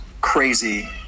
crazy